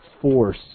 force